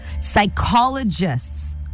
Psychologists